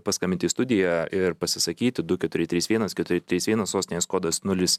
paskambinti į studiją ir pasisakyti du keturi trys vienas keturi trys vienas sostinės kodas nulis